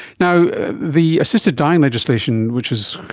you know the assisted dying legislation, which is,